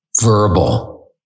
verbal